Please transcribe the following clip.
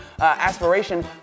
aspiration